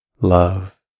love